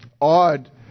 odd